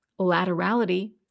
Laterality